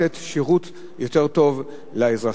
ייתן שירות יותר טוב לאזרחים.